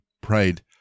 prayed